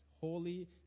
holy